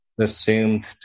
assumed